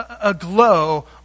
aglow